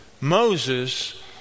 Moses